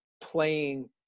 playing